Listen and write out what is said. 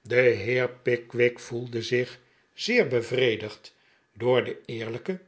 de heer pickwick voelde zich zeer bevredigd door de eerlijke